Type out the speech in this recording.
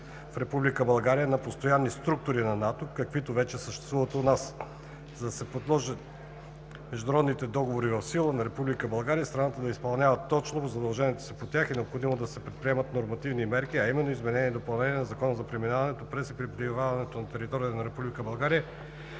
на постоянни структури на НАТО, каквито вече съществуват у нас. За да се приложат международните договори в сила за Република България и страната да изпълнява точно задълженията си по тях, е необходимо да се предприемат нормативни мерки, а именно – изменение и допълнение на Закона за преминаването през и пребиваването на територията на